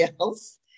else